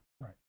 Right